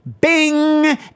bing